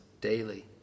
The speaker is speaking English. daily